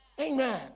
Amen